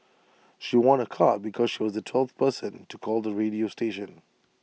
she won A car because she was the twelfth person to call the radio station